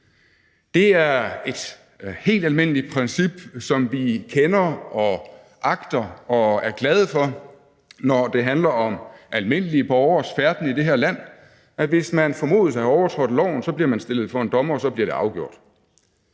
Det er et helt almindeligt princip, som vi kender og agter og er glade for, når det handler om almindelige borgeres færden i det her land, at hvis man formodes at have overtrådt loven, bliver man stillet for en dommer, og så bliver det afgjort.